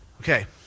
Okay